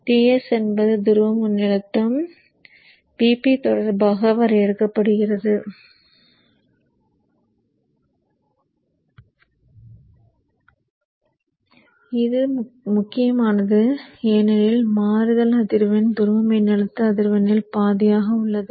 Ts என்பது துருவ மின்னழுத்தம் Vp தொடர்பாக வரையறுக்கப்படுகிறது இது முக்கியமானது ஏனெனில் மாறுதல் அதிர்வெண் துருவ மின்னழுத்த அதிர்வெண்ணில் பாதியாக உள்ளது